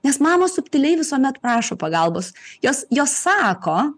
nes mamos subtiliai visuomet prašo pagalbos jos jos sako